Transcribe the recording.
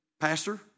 Pastor